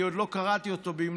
כי עוד לא קראתי אותו במלואו,